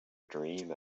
dream